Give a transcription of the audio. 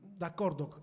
d'accordo